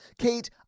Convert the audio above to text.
Kate